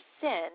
sin